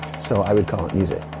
so i would call it music.